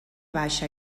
baixa